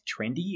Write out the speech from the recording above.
trendy